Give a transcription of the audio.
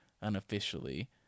unofficially